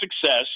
success